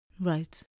right